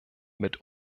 mit